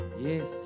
Yes